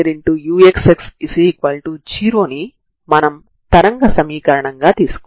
దీనిని సరళీకృతం చేస్తే xx0 ctct0 లైన్ యొక్క సమీకరణం అవుతుంది